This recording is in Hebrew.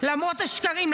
למרות השקרים,